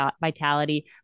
vitality